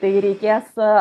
tai reikės